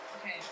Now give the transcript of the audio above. Okay